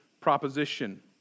proposition